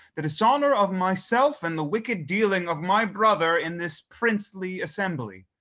the dishonor of myself, and the wicked dealing of my brother in this princely assembly.